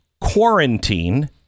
quarantine